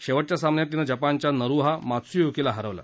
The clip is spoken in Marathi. शेवटच्या सामन्यात तिनं जपानच्या नरुहा मात्स्यूकीला हरवलं